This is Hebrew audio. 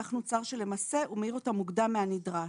כך נוצר שלמעשה הוא מעיר אותם מוקדם מהנדרש.